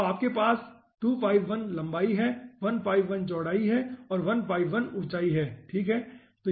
तो आपके पास 251 लंबाई है 151 चौड़ाई है और 151 ऊंचाई है ठीक है